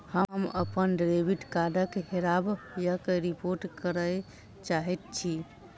हम अप्पन डेबिट कार्डक हेराबयक रिपोर्ट करय चाहइत छि